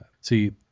See